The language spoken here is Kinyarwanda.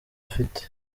ufite